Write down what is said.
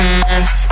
mess